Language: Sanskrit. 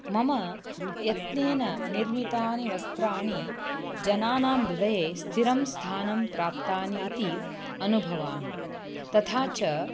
मम यत्नेन निर्मितानि वस्त्राणि जनानां हृदये स्थिरं स्थानं प्राप्तानि इति अनुभवामि तथा च